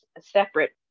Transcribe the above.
separate